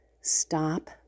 stop